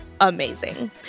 amazing